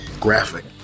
graphic